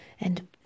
and